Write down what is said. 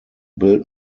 built